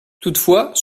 toutefois